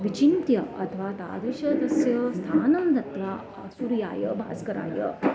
विचिन्त्य अथवा तादृशं तस्य स्थानं दत्वा सूर्याय भास्कराय